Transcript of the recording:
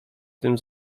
tym